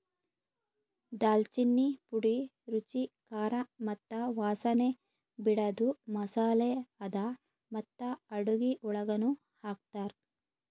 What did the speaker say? ದಾಲ್ಚಿನ್ನಿ ಪುಡಿ ರುಚಿ, ಖಾರ ಮತ್ತ ವಾಸನೆ ಬಿಡದು ಮಸಾಲೆ ಅದಾ ಮತ್ತ ಅಡುಗಿ ಒಳಗನು ಹಾಕ್ತಾರ್